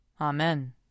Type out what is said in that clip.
Amen